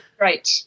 right